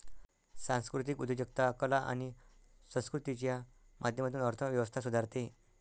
सांस्कृतिक उद्योजकता कला आणि संस्कृतीच्या माध्यमातून अर्थ व्यवस्था सुधारते